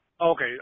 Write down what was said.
Okay